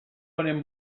honen